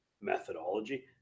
methodology